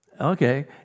Okay